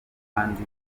kandi